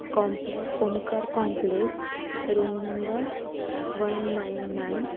कॉम्पले Omkar complex room number one nine nine